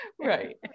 Right